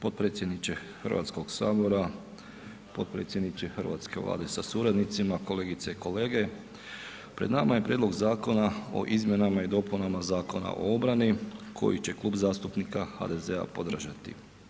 Potpredsjedniče HS, potpredsjedniče hrvatske Vlade sa suradnicima, kolegice i kolege, pred nama je prijedlog Zakona o izmjenama i dopunama Zakona o obrani koji će Klub zastupnika HDZ-a podržati.